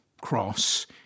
cross